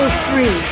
free